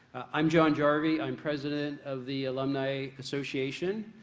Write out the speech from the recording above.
i'm john jarvis. i'm president of the alumni association.